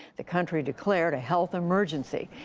the country declared a health emergency,